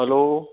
hello